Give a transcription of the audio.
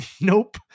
Nope